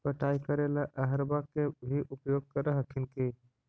पटाय करे ला अहर्बा के भी उपयोग कर हखिन की?